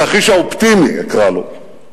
התרחיש האופטימי אקרא לו,